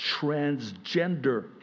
transgender